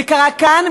זה קרה כאן,